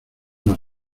las